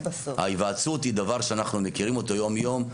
ההיוועצות היא דבר שאנחנו מכירים אותו יום-יום.